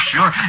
Sure